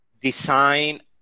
design